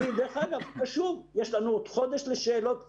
דרך אגב, יש לנו עוד חודש לשאלות.